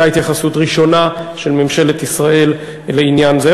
הייתה התייחסות ראשונה של ממשלת ישראל לעניין זה.